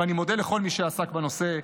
ואני מודה לכל מי שעסק בנושא,